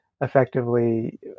effectively